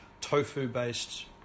tofu-based